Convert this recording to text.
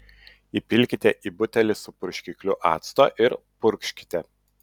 įpilkite į butelį su purškikliu acto ir purkškite